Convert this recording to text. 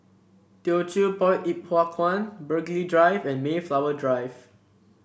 Teochew Poit Ip Huay Kuan Burghley Drive and Mayflower Drive